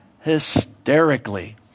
hysterically